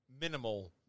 minimal